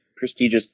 prestigious